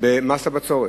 במס הבצורת.